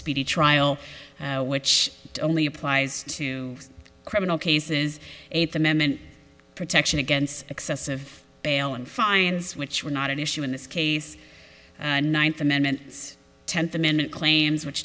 speedy trial which only applies to criminal cases eighth amendment protection against excessive bail and fines which were not at issue in this case ninth amendment tenth amendment claims which